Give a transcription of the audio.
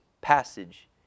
passage